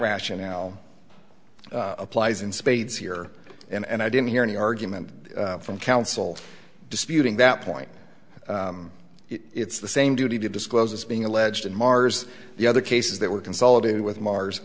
rationale applies in spades here and i didn't hear any argument from counsel disputing that point it's the same duty to disclose as being alleged in mars the other cases that were consolidated